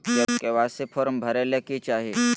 KYC form भरे ले कि चाही?